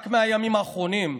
עובדות רק מהימים האחרונים: